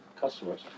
customers